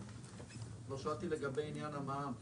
שאלתי לגבי עניין המע"מ.